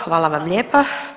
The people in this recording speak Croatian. Hvala vam lijepa.